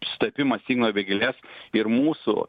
sutapimas igno vėgėlės ir mūsų